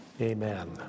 Amen